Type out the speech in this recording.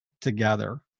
together